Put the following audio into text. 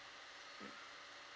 mm